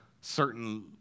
certain